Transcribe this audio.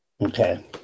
Okay